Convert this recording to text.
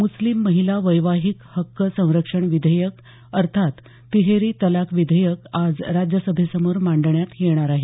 मुस्लिम महिला वैवाहिक हक्क संरक्षण विधेयक अर्थात तिहेरी तलाक विधेयक आज राज्यसभेसमोर मांडण्यात येणार आहे